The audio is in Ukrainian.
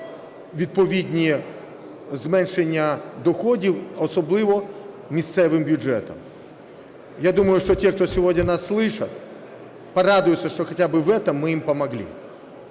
відповідні зменшення доходів, особливо місцевим бюджетам. Я думаю, что те, кто сегодня нас слышат, порадуются, что хотя бы в этом мы им помогли.